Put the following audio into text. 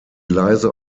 gleise